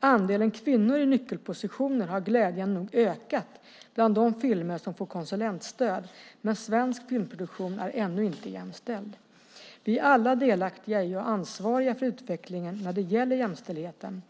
Andelen kvinnor i nyckelpositioner har glädjande nog ökat bland de filmer som får konsulentstöd, men svensk filmproduktion är ännu inte jämställd. Vi är alla delaktiga i och ansvariga för utvecklingen när det gäller jämställdheten.